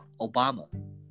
Obama